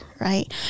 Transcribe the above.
right